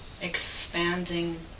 expanding